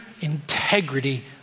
integrity